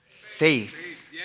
faith